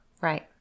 Right